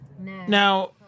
Now